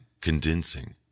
condensing